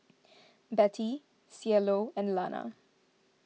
Betty Cielo and Lana